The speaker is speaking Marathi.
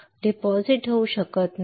हे क्षेत्र जमा होऊ शकत नाही